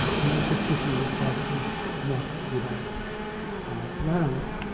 and their suspicion was probably not without grounds.